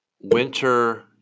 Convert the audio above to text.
winter